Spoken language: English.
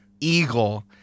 eagle